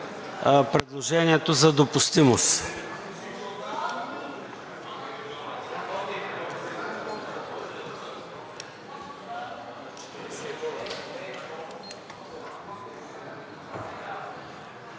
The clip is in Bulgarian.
предложението за допустимост.